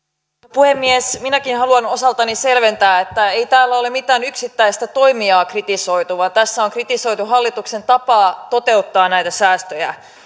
puhemies minäkin haluan osaltani selventää että ei täällä ole mitään yksittäistä toimijaa kritisoitu vaan tässä on kritisoitu hallituksen tapaa toteuttaa näitä säästöjä